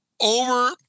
over